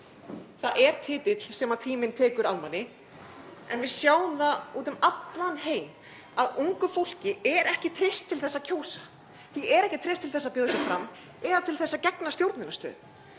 Það er titill sem tíminn tekur af manni en við sjáum það úti um allan heim að ungu fólki er ekki treyst til þess að kjósa, því er ekki treyst til að bjóða sig fram eða til þess að gegna stjórnunarstöðum.